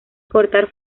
cortar